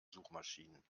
suchmaschinen